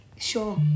Sure